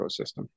ecosystem